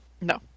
no